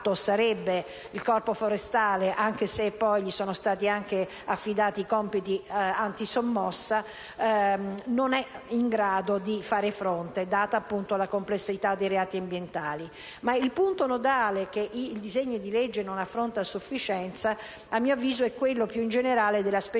il punto nodale che il disegno di legge non affronta a sufficienza - a mio avviso - è quello più generale della specializzazione